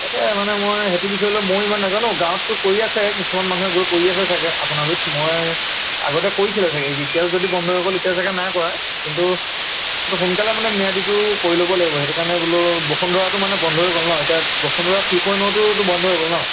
তাকে মানে মই সেইটো বিষয় লৈ মইও ইমান নাজানো গাঁৱততো কৰি আছে কিছুমান মানুহে গৈ কৰি আছে চাগে আপোনাৰ গুৰিত মই আগতে কৰিছিলে চাগে এতিয়া যদি বন্ধ হৈ গ'ল এতিয়া চাগে নাই কৰা কিন্তু সোনকালে মানে ম্যাদিটো কৰি ল'ব লাগিব সেইটো কাৰণে বোলো বসুন্ধৰাটো মানে বন্ধ হৈ গ'ল নহ্ এতিয়া বসুন্ধৰা থ্ৰী পইন্ট অ'টোওতো বন্ধ হৈ গ'ল নহ্